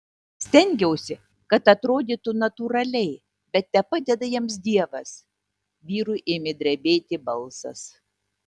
stengiausi kad atrodytų natūraliai bet tepadeda jiems dievas vyrui ėmė drebėti balsas